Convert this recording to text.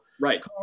right